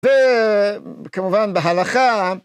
ו..כמובן בהלכה.